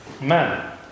Man